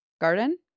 Garden